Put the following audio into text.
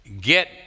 get